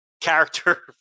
character